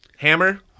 Hammer